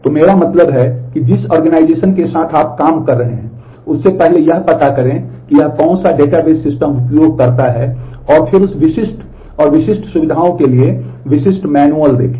तो मेरा मतलब है कि जिस आर्गेनाइजेशन के साथ आप काम कर रहे हैं उसे पहले यह पता करें कि यह कौन सा डेटाबेस सिस्टम उपयोग करता है और फिर उस विशिष्ट और विशिष्ट सुविधाओं के लिए विशिष्ट मैनुअल देखें